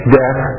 death